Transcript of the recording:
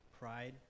Pride